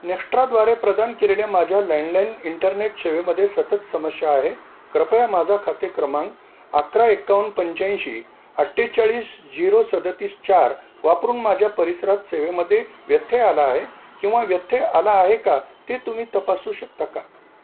नेक्स्ट्राद्वारे प्रदान केलेल्या माझ्या लँडलाईन इंटरनेट सेवेमध्ये सतत समस्या आहे कृपया माझा खाते क्रमांक अकरा एक्कावन्न पंच्याऐंशी अठ्ठेचाळीस झिरो सदतीस चार वापरून माझ्या परिसरात सेवेमध्ये व्यत्यय आला आहे किंवा व्यत्यय आला आहे का ते तुम्ही तपासू शकता का